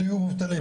שיהיו מובטלים,